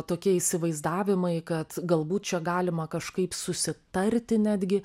tokie įsivaizdavimai kad galbūt čia galima kažkaip susitarti netgi